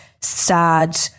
sad